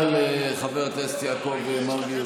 תודה רבה לחבר הכנסת יעקב מרגי,